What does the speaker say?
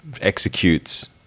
executes